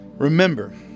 Remember